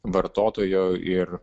vartotojo ir